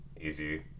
easy